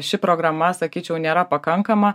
ši programa sakyčiau nėra pakankama